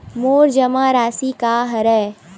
मोर जमा राशि का हरय?